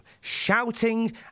shouting